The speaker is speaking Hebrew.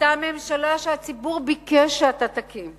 אותה ממשלה שהציבור ביקש שאתה תקים,